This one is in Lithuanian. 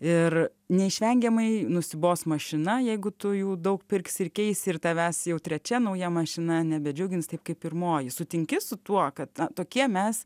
ir neišvengiamai nusibos mašina jeigu tu jų daug pirksi ir keisi ir tavęs jau trečia nauja mašina nebedžiugins taip kaip pirmoji sutinki su tuo kad tokie mes